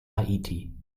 haiti